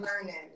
learning